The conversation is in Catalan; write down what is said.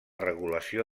regulació